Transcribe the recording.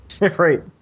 Right